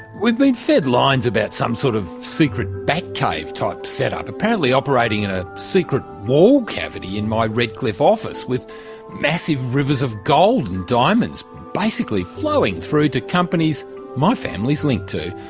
we've been fed lines about some sort of secret bat cave type set up apparently operating in a secret wall cavity in my redcliffe office with massive rivers of gold and diamonds basically flowing through to companies my family is linked to.